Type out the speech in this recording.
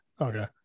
Okay